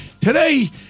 Today